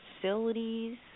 facilities